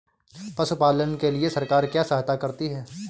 पशु पालन के लिए सरकार क्या सहायता करती है?